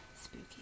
spooky